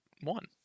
one